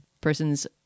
person's